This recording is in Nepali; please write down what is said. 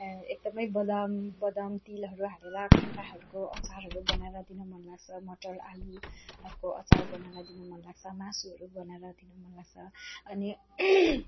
एकदमै बदाम बदाम तिलहरू हालेर काँक्राहरूको अचारहरू बनाएर दिन मन लाग्छ मटर आलुहरूको अचार बनाएर दिनु मन लाग्छ मासुहरू बनाएर दिनु मन लाग्छ अनि